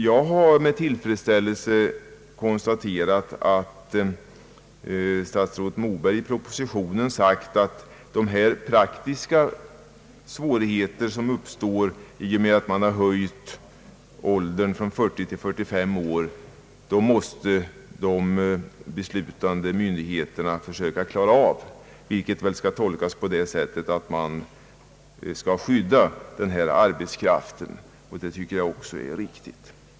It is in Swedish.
Jag har med tillfredsställelse konstaterat att statsrådet Moberg i propositionen framhållit att de beslutande myndigheterna måste försöka klara av de praktiska svårigheter som uppstår i och med att man höjer åldersgränsen från 40 till 45 år. Detta uttalande skall väl tolkas på det sättet att man skall skydda denna arbetskraft, och det tycker även jag är riktigt.